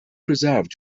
preserved